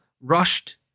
rushed